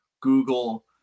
Google